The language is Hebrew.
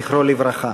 זכרו לברכה.